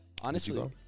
Honestly-